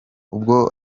ubwo